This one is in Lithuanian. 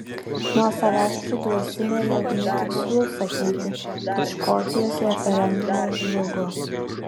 nuo savęs pridursime jog netikslu sakyti kad škotijos referendumas žlugo